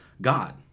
God